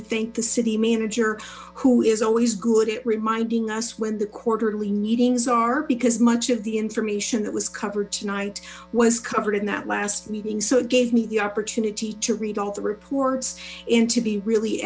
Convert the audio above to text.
to thank the city manager who is always good at reminding us when the quarterly meetings are because much of the information that was covered tonight was covered in that last meeting so it gave me the opportunity to read all the reports and to be really